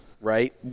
Right